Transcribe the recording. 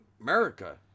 America